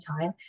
time